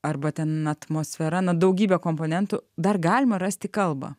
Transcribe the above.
arba ten atmosfera na daugybė komponentų dar galima rasti kalbą